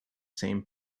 same